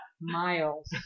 miles